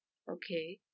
okay